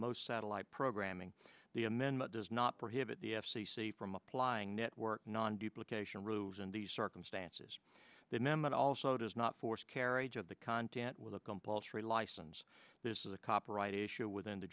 most satellite programming the amendment does not prohibit the f c c from applying network non duplication rules in these circumstances the memmott also does not force carriage of the content with a compulsory license this is a copyright issue within the